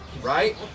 right